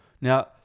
Now